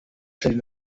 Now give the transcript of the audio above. charly